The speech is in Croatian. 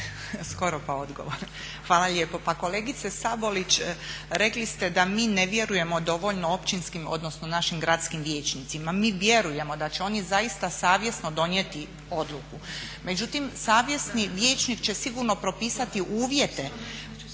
Branka (HDZ)** Hvala lijepo. Pa kolegice Sabolić rekli ste da mi ne vjerujemo dovoljno općinskim odnosno našim gradskim vijećnicima. Mi vjerujemo da će oni zaista savjesno donijeti odluku. Međutim, savjesni vijećnik će sigurno propisati uvjete